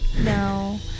No